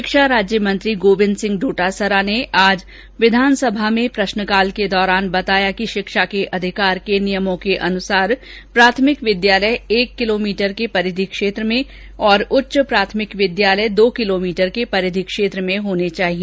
षिक्षा राज्य मंत्री गोविन्द सिंह डोटासरा आज विधानसभा में प्रश्नकाल के दौरान बताया कि षिक्षा के अधिकार के नियमानुसार प्राथमिक विद्यालय एक किलोमीटर के परिधी क्षेत्र में तथा उच्च प्राथमिक विद्यालय दो किलोर्मोटर के परिधि क्षेत्र में होने चाहिए